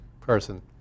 person